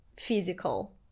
physical